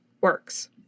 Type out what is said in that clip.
works